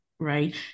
Right